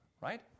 right